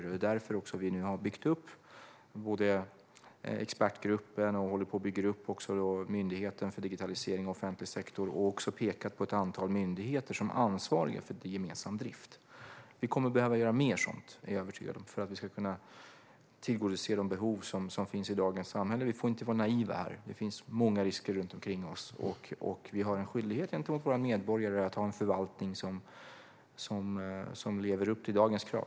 Det är också därför vi nu har byggt upp expertgruppen och håller på att bygga upp myndigheten för digitalisering av den offentliga sektorn. Vi har också pekat på ett antal myndigheter som ansvariga för den gemensamma driften. Vi kommer att behöva göra mer sådant, är jag övertygad om, för att kunna tillgodose de behov som finns i dagens samhälle. Vi får inte vara naiva här - det finns många risker runt omkring oss, och vi har en skyldighet gentemot våra medborgare att ha en förvaltning som lever upp till dagens krav.